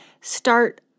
Start